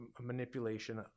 manipulation